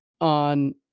on